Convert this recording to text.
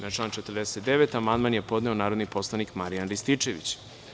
Na član 49. amandman je podneo narodni poslanik Marijan Rističević.